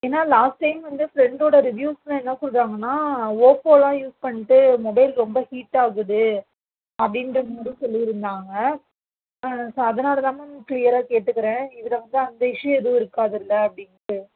ஏன்னா last time வந்து ஃப்ரெண்டோட ரிவியூஸ்லாம் என்ன சொல்கிறாங்கன்னா ஓப்போலாம் யூஸ் பண்ணிட்டு மொபைல் ரொம்ப ஹீட் ஆகுது அப்படின்ற மாதிரி சொல்லியிருந்தாங்க ஆ ஸோ அதனால்தான் மேம் க்ளீயராக கேட்டுக்குறேன் இதில் வந்து அந்த இஷ்யூ எதுவும் இருக்காதுல்ல அப்படின்ட்டு